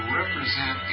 represent